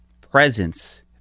Presence